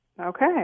Okay